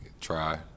try